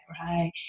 right